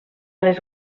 les